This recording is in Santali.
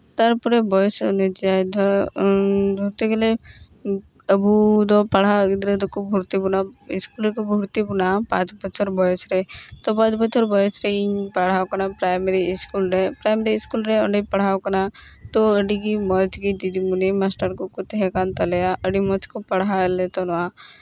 ᱛᱟᱨᱯᱚᱨᱮ ᱵᱚᱭᱮᱥ ᱚᱱᱩᱡᱟᱭᱤ ᱫᱷᱚᱨᱚ ᱫᱷᱚᱨᱛᱮ ᱜᱮᱞᱮ ᱟᱹᱵᱩ ᱫᱚ ᱯᱟᱲᱦᱟᱣ ᱜᱤᱫᱽᱨᱟᱹ ᱫᱚᱠᱚ ᱵᱷᱚᱨᱛᱤ ᱵᱚᱱᱟ ᱤᱥᱠᱩᱞ ᱨᱮᱠᱚ ᱵᱷᱚᱨᱛᱤ ᱵᱚᱱᱟ ᱯᱟᱸᱪ ᱵᱚᱪᱷᱚᱨ ᱵᱚᱭᱮᱥ ᱨᱮ ᱛᱚ ᱯᱟᱸᱪ ᱵᱚᱪᱷᱚᱨ ᱵᱚᱭᱮᱥ ᱨᱮ ᱤᱧ ᱯᱟᱲᱦᱟᱣ ᱠᱟᱱᱟ ᱯᱨᱟᱭᱢᱟᱨᱤ ᱤᱥᱠᱩᱞ ᱨᱮ ᱯᱨᱟᱭᱢᱟᱨᱤ ᱤᱥᱠᱩᱞ ᱨᱮ ᱚᱸᱰᱮᱧ ᱯᱟᱲᱦᱟᱣ ᱠᱟᱱᱟ ᱛᱚ ᱟᱹᱰᱤᱜᱮ ᱢᱚᱡᱽᱜᱮ ᱫᱤᱫᱤᱢᱚᱱᱤ ᱢᱟᱥᱴᱟᱨ ᱠᱚᱠᱚ ᱛᱟᱦᱮᱸ ᱠᱟᱱ ᱛᱟᱞᱮᱭᱟ ᱟᱹᱰᱤ ᱢᱚᱡᱽ ᱠᱚ ᱯᱟᱲᱦᱟᱣ ᱮᱫ ᱞᱮ ᱛᱟᱦᱮᱱᱟ